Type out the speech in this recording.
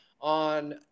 on